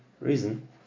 reason